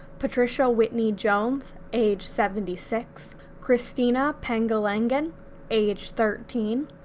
patricia whitney-jones age seventy six cristina pangalangan age thirteen,